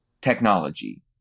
technology